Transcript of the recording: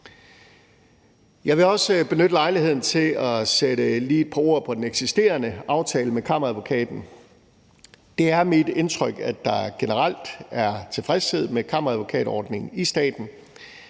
Jeg vil også benytte lejligheden til lige at sætte et par ord på den eksisterende aftale med Kammeradvokaten. Det er mit indtryk, at der generelt er tilfredshed med kammeradvokatordningen i staten.